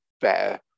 better